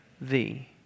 thee